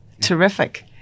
Terrific